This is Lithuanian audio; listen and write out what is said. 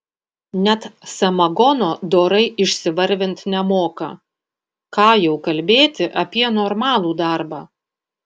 net samagono dorai išsivarvint nemoka ką jau kalbėti apie normalų darbą